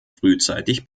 frühzeitig